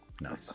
Nice